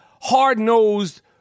hard-nosed